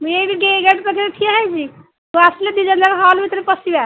ମୁଇଁ ଏଇ ଏଠି ଟିକେଟ୍ କରିକି ଠିଆ ହେଇଛି ତୁ ଆସିଲେ ଦୁଇ ଜଣ ଯାକ ହଲ୍ ଭିତରେ ପଶିବା